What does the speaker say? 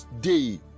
day